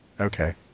Okay